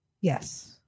Yes